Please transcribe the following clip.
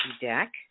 deck